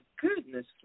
goodness